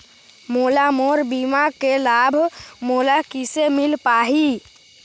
मोला मोर बीमा के लाभ मोला किसे मिल पाही?